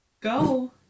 go